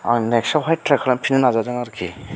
आं नेक्सावहाय ट्राइ खालामफिनो नाजादों आरोखि